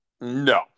No